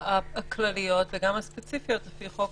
כן, וגם הספציפיות לפי חוק